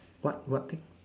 what what thing